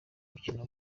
mukino